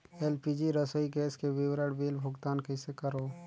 LPG रसोई gas के विवरण बिल भुगतान कइसे करों?